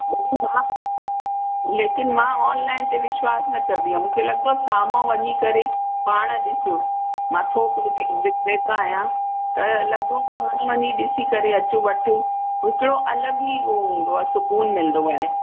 लेकिन मां लेकिन मां ऑनलाइन ते विश्वासु न करदी आहियां मूंखे लॻंदो आहे साम्हूं वञी करे पाण ॾिसो मां थोक विक विक्रेता आहियां त लॻंदो आहे पाण वञी ॾिसी करे अच वठ हिकिड़ो अलॻि ई हो हूंदो आहे सुकून मिलदो आहे